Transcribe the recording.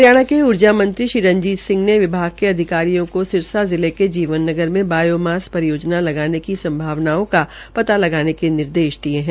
हरियाणा के ऊर्जा मंत्री श्री रंजीत सिंह ने विभाग के अधिकारियों को सिरसा जिले के जीवन नगर में बायोमास परियोजना लगाने की संभावनाओं का पता लगाने के निर्देश दिये है